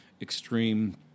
extreme